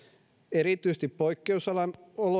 erityisesti poikkeusolojen